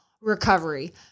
recovery